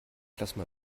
plasma